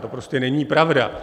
To prostě není pravda!